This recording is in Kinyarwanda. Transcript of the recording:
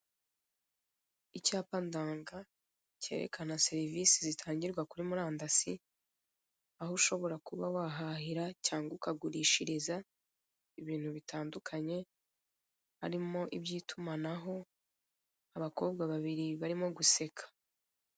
Icyapa ndanga kerekana serivisi zitangirwa kuri murandasi, aho ushobora kuba wahahira cyangwa ukagurishiriza ibintu bigiye bitandukanye, harimo iby'itumanaho, abakobwa babiri barimo guseka.